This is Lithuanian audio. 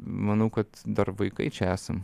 manau kad dar vaikai čia esam